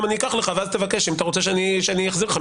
אקח לך ואחר כך תבקש אם תרצה שאחזיר לך.